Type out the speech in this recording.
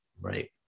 Right